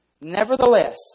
Nevertheless